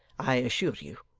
i assure you.